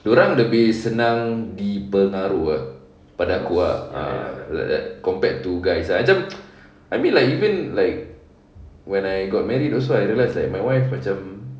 dorang lebih senang dipengaruh ah pada aku ah ah like compared to guys ah macam I mean like you mean like when I got married also I realised my wife macam